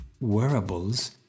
wearables